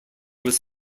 was